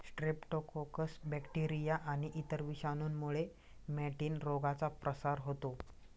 Streptococcus bacteria आणि इतर विषाणूंमुळे मॅटिन रोगाचा प्रसार होतो